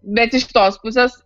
bet iš kitos pusės